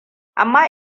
amma